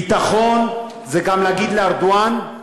ביטחון זה גם להגיד לארדואן: